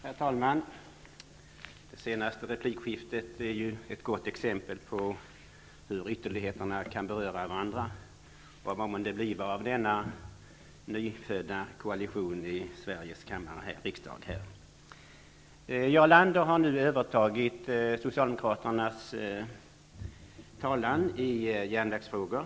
Herr talman! Det senaste replikskiftet är ett gott exempel på hur ytterligheterna kan beröra varandra. Vad månde bliva av denna nyfödda koalition i Sveriges riksdag? Jarl Lander har nu övertagit Socialdemokraternas talan i järnvägsfrågor.